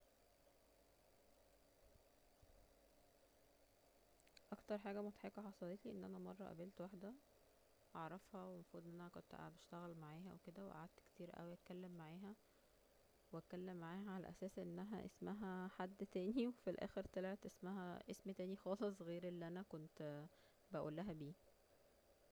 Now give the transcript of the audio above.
اكتر حاجة مضحك حصلتلي أن أنا مره قابلت واحدة اعرفها والمفروض ان أنا كنت قاعدة اشتغل معاه وكده وقعدت كتير اوي اتكلم معاها وبتكلم معاها على أساس أنها اسمها حد تاني وفي الاخر طلعت اسمعها اسم تاني خالص غير اللي انا كنت بقولها بيه